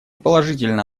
положительно